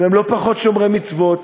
והם לא פחות שומרי מצוות.